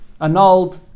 annulled